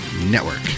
network